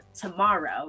tomorrow